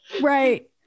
right